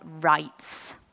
rights